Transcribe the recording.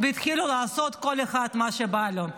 וכל אחד התחיל לעשות מה שבא לו.